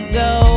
go